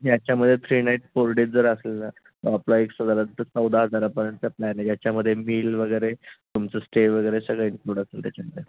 ह्याच्यामध्ये three night four days जर असेल ना आपला एक सार चौदा हजारापर्यंत प्लॅन आहे याच्यामध्ये मिल वगैरे तुमचं स्टे वगैरे सगळं इन्क्लूड असेल त्याच्यामध्ये